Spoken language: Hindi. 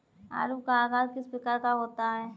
आलू का आकार किस प्रकार का होता है?